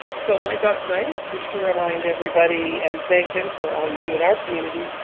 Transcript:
so my job tonight is just to remind everybody and thank them for all you do in our community.